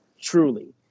truly